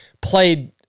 played